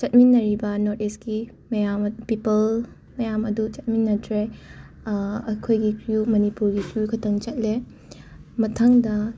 ꯆꯠꯃꯤꯟꯅꯔꯤꯕ north ꯏꯁꯀꯤ ꯃꯌꯥꯝ people ꯃꯌꯥꯝ ꯑꯗꯨ ꯆꯠꯃꯤꯟꯅꯗ꯭ꯔꯦ ꯑꯩꯈꯣꯏꯒꯤ ꯀ꯭ꯔ꯭ꯌꯨ ꯃꯅꯤꯄꯨꯔꯒꯤ ꯀ꯭ꯔ꯭ꯌꯨ ꯈꯛꯇꯪ ꯆꯠꯂꯦ ꯃꯊꯪꯗ